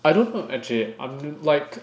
I don't know actually I'm like